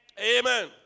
Amen